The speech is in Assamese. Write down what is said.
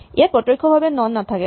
ইয়াত প্ৰত্যক্ষভাৱে নন নাথাকে